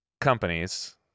companies